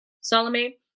Salome